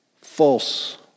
false